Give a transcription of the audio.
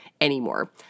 anymore